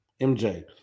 MJ